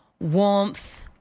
warmth